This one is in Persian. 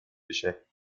بشه